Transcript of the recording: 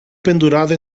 pendurado